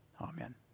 Amen